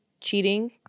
cheating